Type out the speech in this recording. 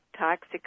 toxic